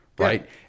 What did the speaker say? Right